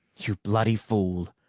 you bloody fool!